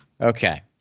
Okay